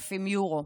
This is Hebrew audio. ל-3,000 יורו.